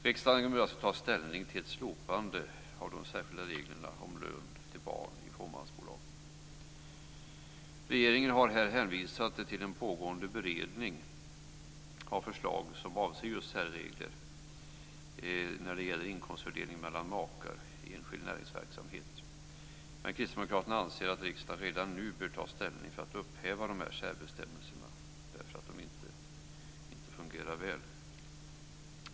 Riksdagen bör ta ställning till ett slopande av de särskilda reglerna om lön till barn i fåmansbolag. Regeringen har hänvisat till en pågående beredning av ett förslag som avser särregler för inkomstfördelning mellan makar i enskild näringsverksamhet. Kristdemokraterna anser att riksdagen nu bör ta ställning för att upphäva de här särbestämmelserna därför att de inte fungerar väl.